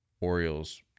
Orioles